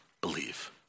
believe